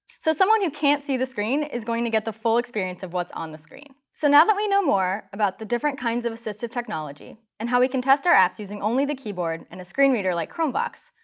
so someone who can't see the screen is going to get the full experience of what's on the screen. so now that we know more about the different kinds of assistive technology and how we can test our apps using only the keyboard and screen reader like chromevox,